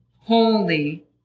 holy